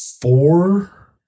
four